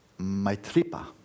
Maitripa